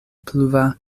pluva